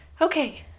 Okay